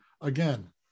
Again